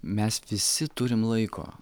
mes visi turim laiko